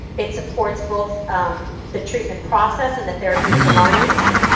it supports both um the treatment process and the therapeutic alliance,